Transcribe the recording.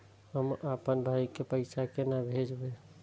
हम आपन भाई के पैसा केना भेजबे?